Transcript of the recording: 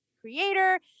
creator